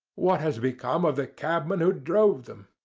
what has become of the cabman who drove them?